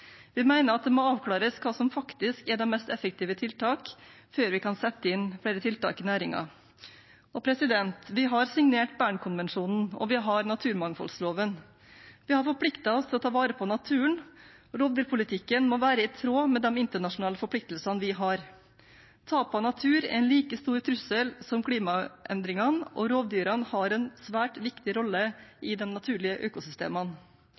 Vi mener at det må avklares hva som faktisk er de mest effektive tiltakene, før vi kan sette inn flere tiltak i næringen. Vi har signert Bernkonvensjonen, og vi har naturmangfoldloven. Vi har forpliktet oss til å ta vare på naturen. Rovdyrpolitikken må være i tråd med de internasjonale forpliktelsene vi har. Tap av natur er en like stor trussel som klimaendringene, og rovdyrene har en svært viktig rolle i de naturlige økosystemene.